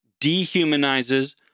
dehumanizes